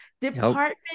department